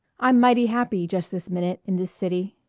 i'm mighty happy just this minute, in this city.